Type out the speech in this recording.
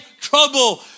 trouble